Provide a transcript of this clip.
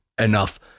enough